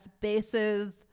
bases